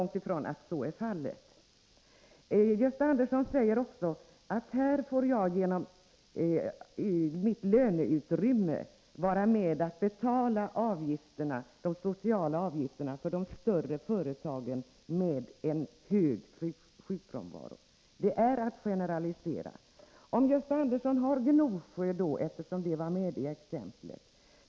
Gösta Andersson säger också att man genom sitt löneutrymme får vara med och betala de sociala avgifterna för de större företagen med en hög sjukfrånvaro. Det är att generalisera. Gösta Andersson kan titta på Gnosjö, eftersom det var med i exemplet.